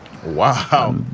wow